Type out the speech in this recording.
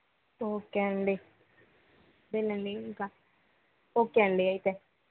okay అండి అంతే అండి ఇంక ఓకే అండి అయితే